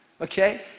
okay